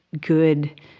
good